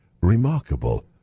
remarkable